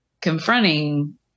confronting